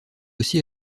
aussi